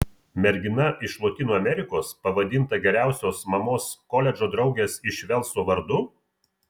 mergina iš lotynų amerikos pavadinta geriausios mamos koledžo draugės iš velso vardu